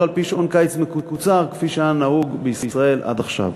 על-פי שעון קיץ מקוצר כפי שהיה נהוג בישראל עד עכשיו.